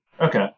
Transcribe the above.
Okay